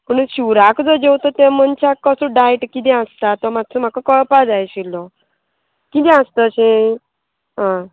पूण शिवराक जो जेवता त्या मनशाक कसो डायट किदें आसता तो मातसो म्हाका कळपा जाय आशिल्लो किदें आसता अशें हय